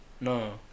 no